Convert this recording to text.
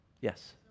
Yes